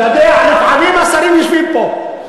אתה יודע, לפעמים השרים יושבים פה.